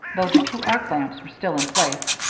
though the two arc lamps were still in place.